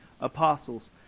Apostles